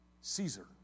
Caesar